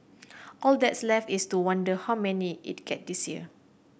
all that's left is to wonder how many it get this year